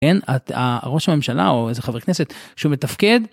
אין ה..ראש הממשלה או איזה חבר כנסת שהוא מתפקד...